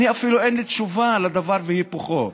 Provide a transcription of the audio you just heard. אפילו אין לי תשובה לדבר והיפוכו,